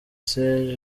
serge